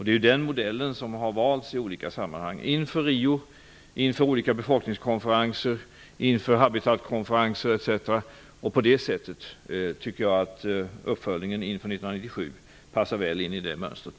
Det är den modellen som har valts i olika sammanhang: inför Rio, inför olika befolkningskonferenser, inför habitatkonferenser etc. Jag tycker att uppföljningen inför 1997 passar väl in i det mönstret.